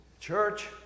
Church